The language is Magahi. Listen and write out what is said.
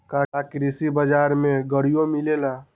का कृषि बजार में गड़ियो मिलेला?